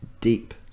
deep